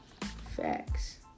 Facts